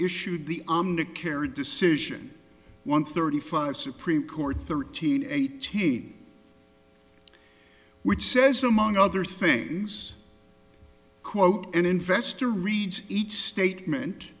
issued the i am to carry decision one thirty five supreme court thirteen eighteen which says among other things quote an investor reads each statement